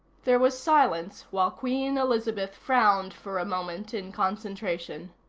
there was silence while queen elizabeth frowned for a moment in concentration.